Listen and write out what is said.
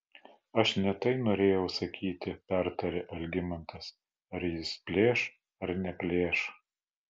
aš ne tai norėjau sakyti pertarė algimantas ar jis plėš ar neplėš